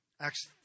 Acts